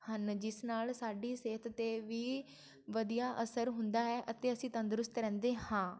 ਹਨ ਜਿਸ ਨਾਲ ਸਾਡੀ ਸਿਹਤ 'ਤੇ ਵੀ ਵਧੀਆ ਅਸਰ ਹੁੰਦਾ ਹੈ ਅਤੇ ਅਸੀਂ ਤੰਦਰੁਸਤ ਰਹਿੰਦੇ ਹਾਂ